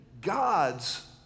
gods